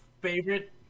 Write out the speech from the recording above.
Favorite